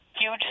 huge